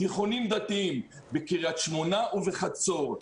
תיכונים דתיים בקרית שמונה ובחצור,